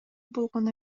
болгон